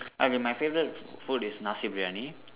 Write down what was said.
I mean my favourite food is Nasi-Briyani